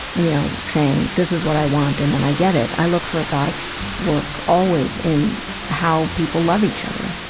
you know, saying this is what i want and then i get it. it. i look for god's work always in how people love each other,